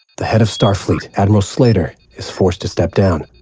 the head of starfleet, admiral slater is forced to step down.